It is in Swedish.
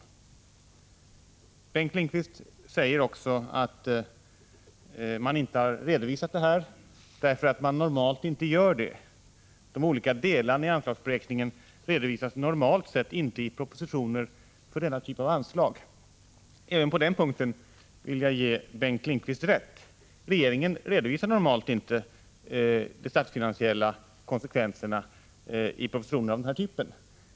Bengt Lindqvist säger också att man inte har redovisat detta, eftersom man normalt inte gör det. De olika delarna i anslagsberäkningen redovisas normalt sett inte i propositioner för denna typ av anslag. Även på denna punkt vill jag ge Bengt Lindqvist rätt. Regeringen redovisar normalt inte de statsfinansiella konsekvenserna i propositioner av denna typ.